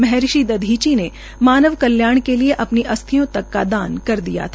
महर्षि दधीची ने मानव कल्याण के लिए अपनी अस्थियों तक का दान कर दिया था